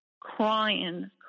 crying